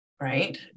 right